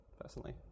personally